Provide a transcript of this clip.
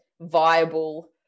viable